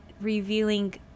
revealing